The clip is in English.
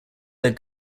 their